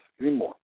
anymore